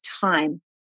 time